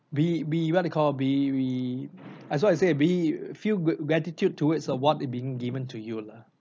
be be what you call be be as what I said be few gr~ gratitude towards of what being given to you lah